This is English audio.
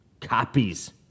copies